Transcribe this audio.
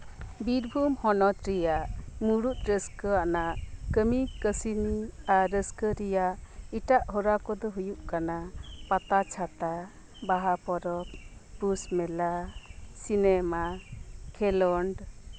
ᱵᱤᱨᱵᱷᱩᱢ ᱦᱚᱱᱚᱛ ᱨᱮᱭᱟᱜ ᱢᱩᱬᱩᱫ ᱨᱟᱹᱥᱠᱟᱹ ᱟᱱᱟᱜ ᱠᱟᱹᱢᱤ ᱠᱟᱹᱥᱱᱤ ᱟᱨ ᱨᱟᱹᱥᱠᱟᱹ ᱨᱮᱭᱟᱜ ᱮᱴᱟᱜ ᱦᱚᱨᱟ ᱠᱚᱫᱚ ᱦᱩᱭᱩᱜ ᱠᱟᱱᱟ ᱯᱟᱛᱟᱼᱪᱷᱟᱛᱟ ᱵᱟᱦᱟ ᱯᱚᱨᱚᱵᱽ ᱯᱩᱥ ᱢᱮᱞᱟ ᱥᱤᱱᱮᱹᱢᱟ ᱠᱷᱮᱞᱳᱰ